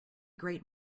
great